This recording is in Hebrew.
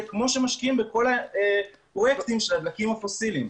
כמו שמשקיעים בכל הפרויקטים של הדלקים הפוסיליים.